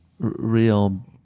real